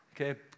okay